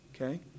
Okay